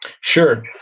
sure